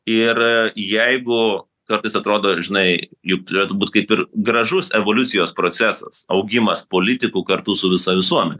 ir jeigu kartais atrodo žinai juk turėtų būti kaip ir gražus evoliucijos procesas augimas politikų kartu su visa visuomene